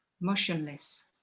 motionless